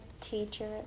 teacher